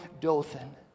Dothan